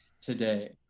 today